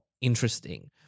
interesting